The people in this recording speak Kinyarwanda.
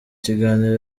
kiganiro